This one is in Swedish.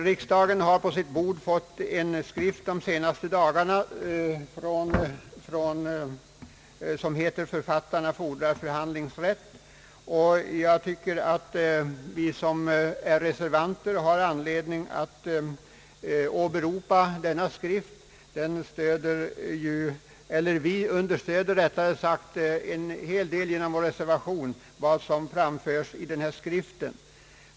Riksdagen har under de senaste dagarna på sitt bord fått en skrift som heter Författarna fordrar förhandlingsrätt. Jag tycker att vi reservanter har anledning att åberopa denna skrift. En hel del av vad som framförs i denna skrift stöder vi genom vår reservation.